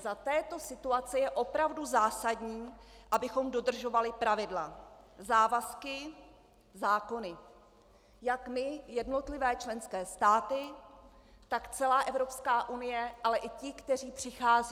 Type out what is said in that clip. Za této situace je opravdu zásadní, abychom dodržovali pravidla, závazky, zákony jak my, jednotlivé členské státy, tak celá EU, ale i ti, kteří přicházejí.